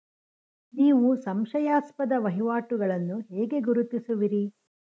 ನೀವು ಸಂಶಯಾಸ್ಪದ ವಹಿವಾಟುಗಳನ್ನು ಹೇಗೆ ಗುರುತಿಸುವಿರಿ?